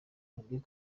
gaby